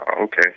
Okay